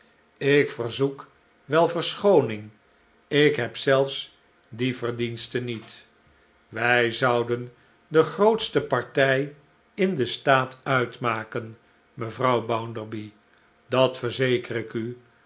ik verzoek wel verschooning ik heb zelfs is er dan niets die verdienste niet wij zouden de grootste partii in den staat uitmaken mevrouw bounderby dat verzeker ik u